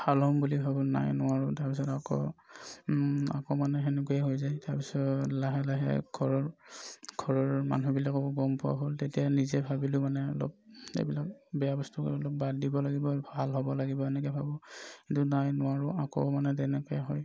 ভাল হ'ম বুলি ভাবোঁ নাই নোৱাৰো তাৰ পিছত আকৌ আকৌ মানে তেনেকুৱাই হৈ যায় তাৰ পিছত লাহে লাহে ঘৰৰ ঘৰৰ মানুহবিলাকেও গম পোৱা হ'ল তেতিয়া নিজে ভাবিলোঁ মানে অলপ এইবিলাক বেয়া বস্তুবোৰ অলপ বাদ দিব লাগিব আৰু ভাল হ'ব লাগিব এনেকৈ ভাবোঁ কিন্তু নাই নোৱাৰো আকৌ মানে তেনেকৈ হয়